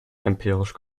empirisch